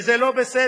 וזה לא בסדר.